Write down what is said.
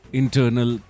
internal